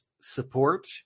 support